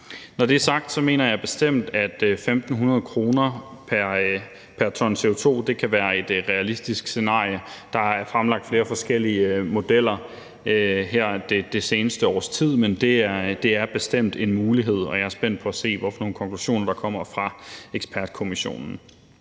Når det er sagt, mener jeg bestemt, at 1.500 kr. pr. ton CO2 kan være et realistisk scenarie. Der er fremlagt flere forskellige modeller her det seneste års tid, men det er bestemt en mulighed, og jeg er spændt på at se, hvad for nogle konklusioner der kommer fra ekspertgruppen.